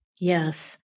Yes